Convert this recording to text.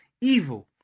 evil